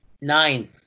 Nine